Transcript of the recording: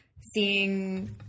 seeing